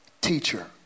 teacher